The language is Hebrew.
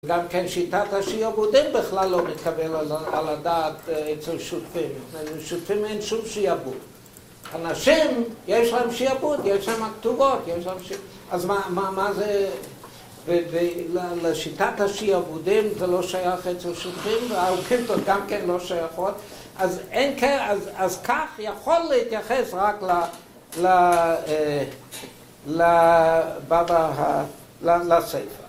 ‫גם כן, שיטת השיעבודים בכלל ‫לא מתקבל על הדעת אצל שותפים. ‫לשותפים אין שום שיעבוד. ‫אנשים, יש להם שיעבוד, ‫יש להם הכתובות, יש להם שיעבוד. ‫אז מה זה... ‫לשיטת השיעבודים ‫זה לא שייך אצל שותפים, ‫והעולכים פה גם כן לא שייכות. ‫אז כך יכול להתייחס ‫רק לבבה... לספר.